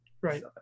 Right